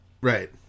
Right